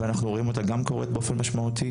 ואנחנו רואים אותה גם קורית באופן משמעותי,